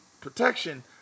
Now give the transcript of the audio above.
protection